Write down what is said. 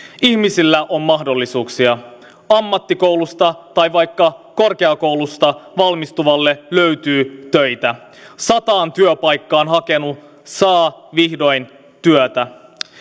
ihmisillä on mahdollisuuksia ammattikoulusta tai vaikka korkeakoulusta valmistuvalle löytyy töitä sataan työpaikkaan hakenut saa vihdoin työtä